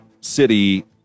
city